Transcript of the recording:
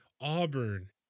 Auburn